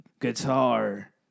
guitar